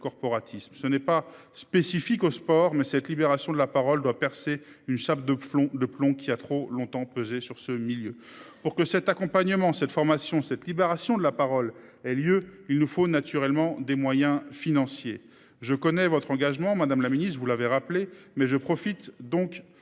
corporatisme ce n'est pas spécifique au sport mais cette libération de la parole doit percer une chape de plomb, le plomb qui a trop longtemps pesé sur ce milieu pour que cet accompagnement, cette formation cette libération de la parole ait lieu, il nous faut naturellement des moyens financiers. Je connais votre engagement Madame la Ministre vous l'avez rappelé, mais je profite donc